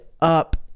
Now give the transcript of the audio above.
up